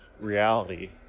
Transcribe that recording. reality